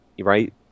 right